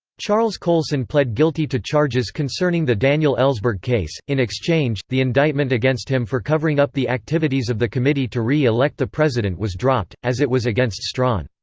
charles colson pled guilty to charges concerning the daniel ellsberg case in exchange, the indictment against him for covering up the activities of the committee to re-elect the president was dropped, as it was against strachan.